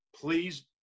Please